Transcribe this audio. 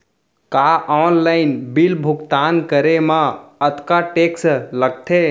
का online bill भुगतान करे मा अक्तहा टेक्स लगथे?